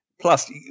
Plus